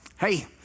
Hey